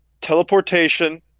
teleportation